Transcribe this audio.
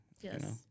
Yes